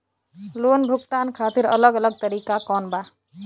Loan भुगतान खातिर अलग अलग तरीका कौन बा?